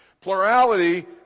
Plurality